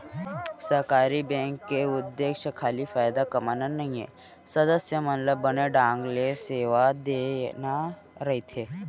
सहकारी बेंक के उद्देश्य खाली फायदा कमाना नइये, सदस्य मन ल बने ढंग ले सेवा देना रइथे